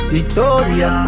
Victoria